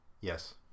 Yes